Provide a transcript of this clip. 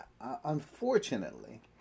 Unfortunately